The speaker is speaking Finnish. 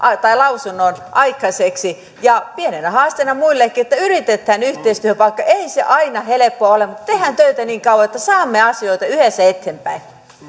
lausunnon aikaiseksi ja pienenä haasteena muillekin että yritetään yhteistyötä vaikka ei se aina helppoa ole niin tehdään töitä niin kauan että saamme asioita yhdessä eteenpäin